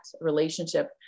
relationship